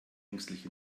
ängstlich